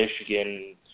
Michigan